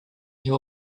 néo